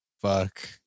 Fuck